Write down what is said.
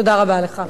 תודה רבה לך.